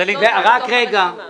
אשדוד לא בתוך הרשימה.